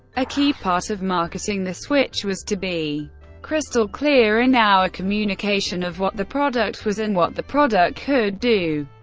a key part of marketing the switch was to be crystal clear in our communication of what the product was and what the product could do,